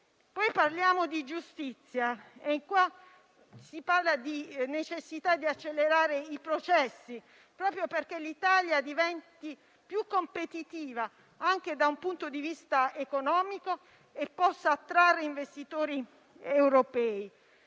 parliamo di giustizia e della necessità di accelerare i processi, proprio perché l'Italia diventi più competitiva anche da un punto di vista economico e possa attrarre investitori europei.